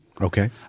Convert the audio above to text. Okay